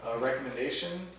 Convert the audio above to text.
recommendation